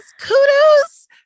kudos